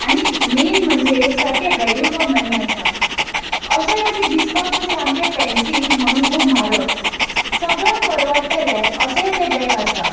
आनी मैन म्हणजे सामकें वेल्यू फोर मनी आसा अशें ना की दिसपाक तें सामकें फॅन्सी म्हणून खूब म्हारग सगळ्यांक परवडटलें अशें तें बॅग आसा